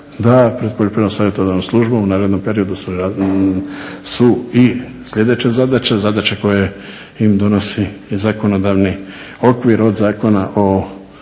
da pred Poljoprivrednom savjetodavnom službom u narednom periodu su i sljedeće zadaće, zadaće koje im donosi zakonodavni okvir, od zakona o